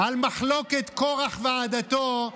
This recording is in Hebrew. על מחלוקת קרח ועדתו,